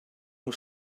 nhw